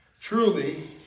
truly